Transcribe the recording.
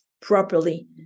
properly